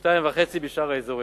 ול-2.5 בשאר האזורים.